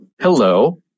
Hello